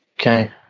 Okay